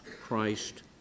Christ